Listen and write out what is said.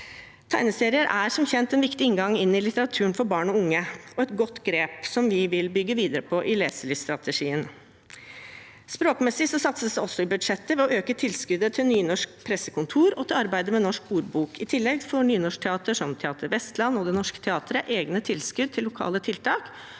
Tegneserier er som kjent en viktig inngang til litteraturen for barn og unge og et godt grep som vi vil bygge videre på i leselyststrategien. Språkmessig satses det også i budsjettet ved å øke tilskuddet til Nynorsk Pressekontor og til ordboksarbeid. I tillegg får nynorsk teater som Teater Vestland og Det Norske Teatret egne tilskudd til lokale tiltak